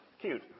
Cute